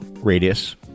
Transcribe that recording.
radius